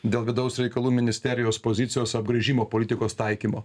dėl vidaus reikalų ministerijos pozicijos apgręžimo politikos taikymo